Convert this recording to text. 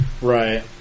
Right